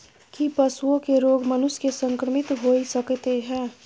की पशुओं के रोग मनुष्य के संक्रमित होय सकते है?